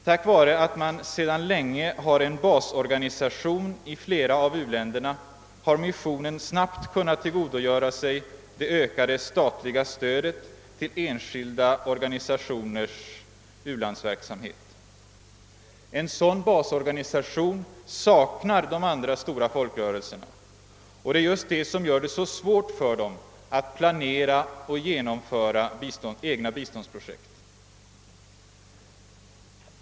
Tack vare att man sedan länge har en basorganisation i flera av u-länderna har missionen snabbt kunnat tillgodogöra sig det ökade statliga stödet till enskilda organisationers u-landsverksamhet. En sådan basorganisation saknar de andra stora folkrörelserna, och det är just detta som gör det så svårt för dem att planera och genomföra egna biståndsprojekt.